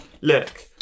Look